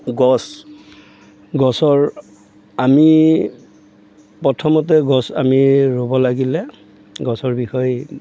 গছ গছৰ আমি প্ৰথমতে গছ আমি ৰুব লাগিলে গছৰ বিষয়ে